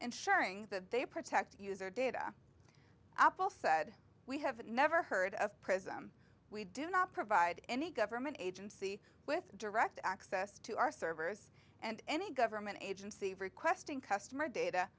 ensuring that they protect user data apple said we have never heard of prism we do not provide any government agency with direct access to our servers and any government agency requesting customer data